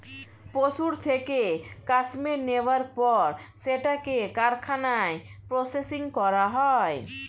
পশুর থেকে কাশ্মীর নেয়ার পর সেটাকে কারখানায় প্রসেসিং করা হয়